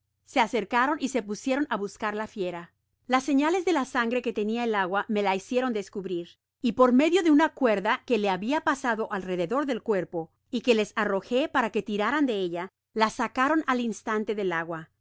se acercaron y se pusieron á buscar la fiera las señales de la sangre que tenia el agua me la hicieron descubrir y por medio de una cuerda que le habia pasado alrededor del cuerpo y que les arrojó para que tiraran de ella la sacaron al instante del agua era